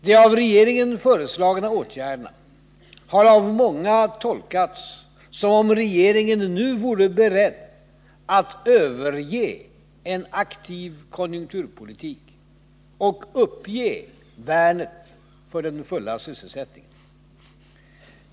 De av regeringen föreslagna åtgärderna har av många tolkats som om regeringen nu vore beredd att överge en aktiv konjunkturpolitik och uppge värnet för den fulla sysselsättningen.